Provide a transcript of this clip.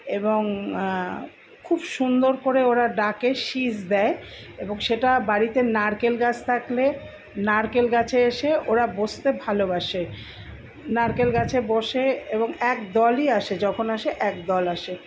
এবং খুব সুন্দর করে ওরা ডাকে শিস দেয় এবং সেটা বাড়িতে নারকেল গাছ থাকলে নারকেল গাছে এসে ওরা বসতে ভালোবাসে নারকেল গাছে বসে এবং একদলই আসে যখন আসে একদল আসে